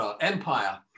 empire